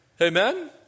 Amen